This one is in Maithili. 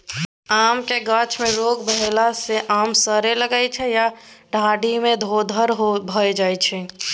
आमक गाछ मे रोग भेला सँ आम सरय लगै छै या डाढ़ि मे धोधर भए जाइ छै